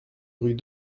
rue